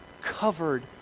covered